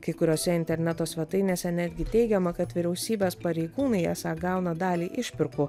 kai kuriose interneto svetainėse netgi teigiama kad vyriausybės pareigūnai esą gauna dalį išpirkų